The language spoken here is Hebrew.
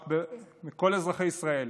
רק לכל אזרחי ישראל: